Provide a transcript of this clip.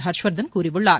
ஹர்ஷ்வர்தன் கூறியுள்ளார்